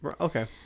okay